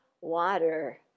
water